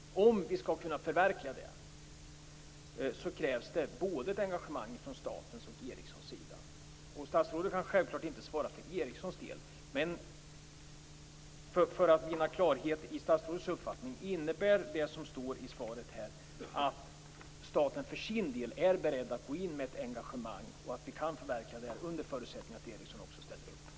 Om vi skall kunna förverkliga det, krävs det både ett engagemang från statens och från Ericssons sida. Statsrådet kan självklart inte svara för Ericssons del, men för att vinna klarhet om statsrådets uppfattning: Innebär det som står i svaret att staten för sin del är beredd att gå in med ett engagemang och att vi kan förverkliga detta under förutsättning att Ericsson också ställer upp?